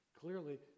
clearly